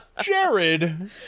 Jared